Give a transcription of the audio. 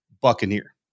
Buccaneer